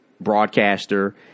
broadcaster